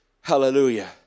hallelujah